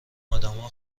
ادما